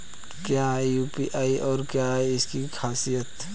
क्या है यू.पी.आई और क्या है इसकी खासियत?